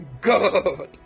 God